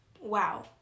Wow